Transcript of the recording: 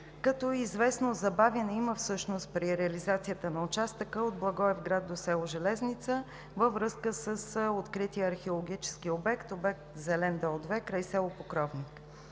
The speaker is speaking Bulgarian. като известно забавяне има при реализацията на участъка от Благоевград до село Железница във връзка с открития археологически обект „Зелен дол – 2“ край село Покровник.